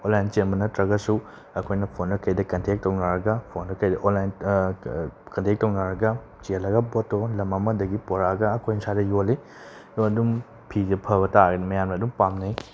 online ꯆꯦꯟꯕ ꯅꯠꯇ꯭ꯔꯒꯁꯨ ꯑꯩꯈꯣꯏꯅ ꯐꯣꯟꯗ ꯀꯩꯗ ꯀꯟꯇꯦꯛ ꯇꯧꯅꯔꯒ ꯐꯣꯟꯗ ꯀꯩꯗ ꯑꯣꯟꯂꯥꯏꯟ ꯀꯟꯇꯦꯛ ꯇꯧꯅꯔꯒ ꯆꯦꯜꯂꯒ ꯄꯣꯠꯇꯣ ꯂꯝ ꯑꯃꯗꯒꯤ ꯄꯨꯔꯛꯂꯒ ꯑꯩꯈꯣꯏꯅ ꯁꯥꯏꯗ ꯌꯣꯜꯂꯤ ꯑꯗꯣ ꯑꯗꯨꯝ ꯐꯤꯁꯦ ꯐꯕ ꯇꯥꯔꯒꯗꯤ ꯃꯌꯥꯝꯅ ꯑꯗꯨꯝ ꯄꯥꯝꯅꯩ